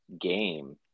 game